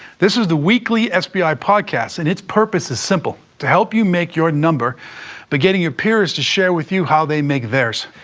this is the weekly sbi podcast. and it's purpose is simple, to help you make your number by but getting your peers to share with you how they make theirs.